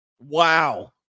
Wow